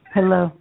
Hello